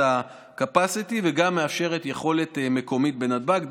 ה-capacity וגם מאפשרת יכולת מקומית בנתב"ג.